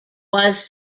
was